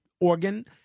organ